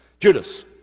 Judas